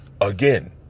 again